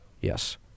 Yes